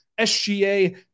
SGA